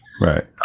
Right